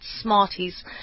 Smarties